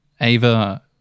Ava